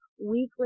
weekly